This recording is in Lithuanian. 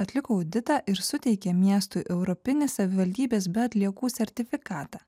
atliko auditą ir suteikė miestui europinį savivaldybės be atliekų sertifikatą